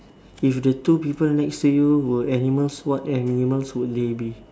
if the two people next to you were animals what animals would they be